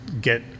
get